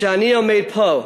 כשאני עומד פה,